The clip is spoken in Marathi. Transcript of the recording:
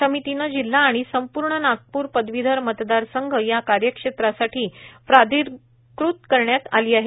समितीने जिल्हा व संपूर्ण नागपूर पदवीधर मतदार संघ या कार्यक्षेत्रासाठी प्राधिकृत करण्यात आली आहे